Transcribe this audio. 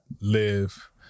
live